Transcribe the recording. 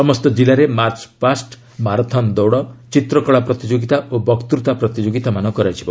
ସମସ୍ତ କିଲ୍ଲାରେ march past marathon ଦୌଡ଼ ଚିତ୍ରକଳା ପ୍ରତିଯୋଗିତା ଓ ବଙ୍କତା ପ୍ରତିଯୋଗିତାମାନ କରାଯିବ